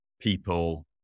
people